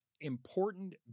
important